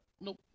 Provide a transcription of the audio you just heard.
Nope